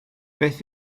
beth